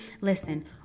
Listen